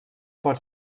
pot